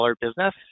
business